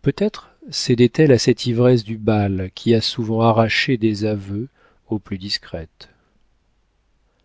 peut-être cédait elle à cette ivresse du bal qui a souvent arraché des aveux aux plus discrètes